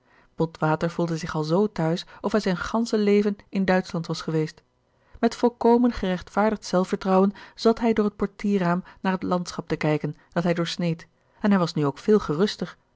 botwater voelde zich al zoo t'huis of hij zijn gansche leven in duitschland was geweest met volkomen gerechtvaardigd zelfvertrouwen zat hij door het portierraam naar het landschap te kijken dat hij doorsneed en hij was nu ook veel geruster